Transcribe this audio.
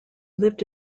lived